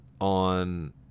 on